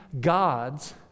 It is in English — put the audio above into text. God's